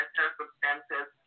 circumstances